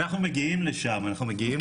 אנחנו מגיעים לשם, אנחנו מגיעים לשטח.